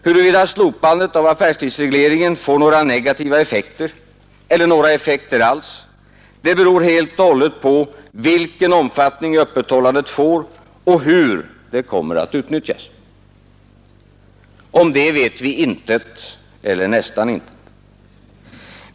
Huruvida slopandet av affärstidsregleringen får några negativa effekter eller några effekter alls beror helt och hållet på vilken omfattning öppethållandet får och hur det kommer att utnyttjas. Om det vet vi intet eller nästan intet.